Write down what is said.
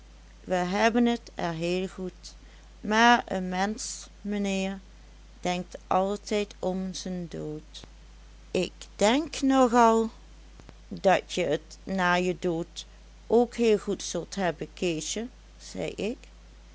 we hebben t er heel goed maar n mensch meneer denkt altijd om zen dood ik denk nogal dat je t na je dood ook heel goed zult hebben keesje zei ik